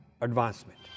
advancement